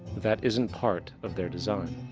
that isn't part of their design.